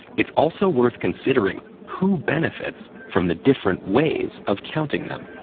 it's also worth considering who benefits from the different ways of counting them.